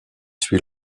suit